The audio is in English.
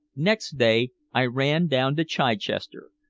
next day i ran down to chichester,